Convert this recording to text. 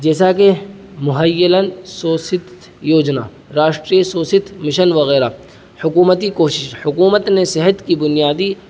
جیسا کہ مہیناً سوست یوجنا راشٹریہ سوست مشن وغیرہ حکومتی کوشش حکومت نے صحت کی بنیادی